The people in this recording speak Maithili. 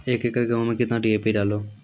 एक एकरऽ गेहूँ मैं कितना डी.ए.पी डालो?